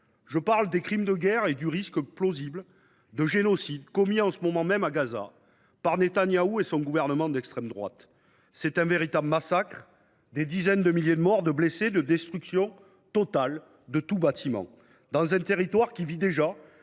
je parle des crimes de guerre et du risque plausible de génocide commis en ce moment même, à Gaza, par Netanyahou et son gouvernement d’extrême droite. Il s’agit d’un véritable massacre : des dizaines de milliers de morts et de blessés, des destructions entières de bâtiments,… C’est vrai !… sur un territoire qui subit déjà,